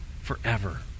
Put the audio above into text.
forever